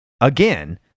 again